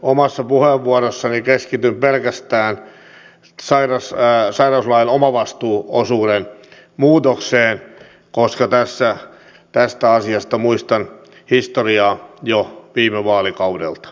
omassa puheenvuorossani keskityn pelkästään sairauslain omavastuuosuuden muutokseen koska tästä asiasta muistan historiaa jo viime vaalikaudelta